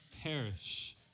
perish